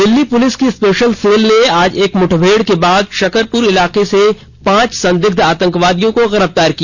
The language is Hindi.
दिल्ली पुलिस की स्पेशल सेल ने आज एक मुठभेड़ के बाद शकरपुर इलाके से पांच संदिग्ध आतंकवादियों को गिरफ्तार किया